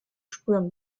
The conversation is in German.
spüren